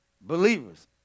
Believers